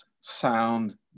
sound